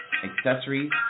accessories